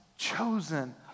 Chosen